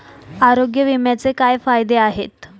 आरोग्य विम्याचे काय फायदे आहेत?